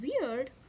weird